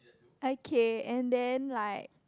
okay and then like